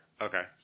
Okay